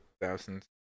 thousands